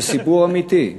זה סיפור אמיתי.